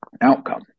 outcome